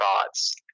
thoughts